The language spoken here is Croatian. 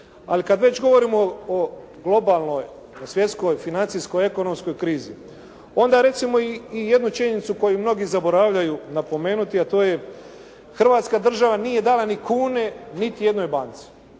Ali kad već govorimo o globalnoj svjetskoj financijskoj ekonomskoj krizi, onda recimo i jednu činjenicu koju mnogi zaboravljaju napomenuti, a to je Hrvatska država nije dala ni kune niti jednoj banci.